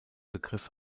begriff